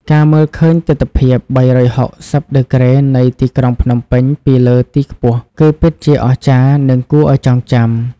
ការមើលឃើញទិដ្ឋភាព ៣៦០ ដឺក្រេនៃទីក្រុងភ្នំពេញពីលើទីខ្ពស់ គឺពិតជាអស្ចារ្យ និងគួរឱ្យចងចាំ។